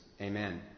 Amen